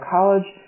College